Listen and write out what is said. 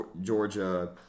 Georgia